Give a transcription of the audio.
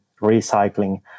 recycling